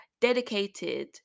dedicated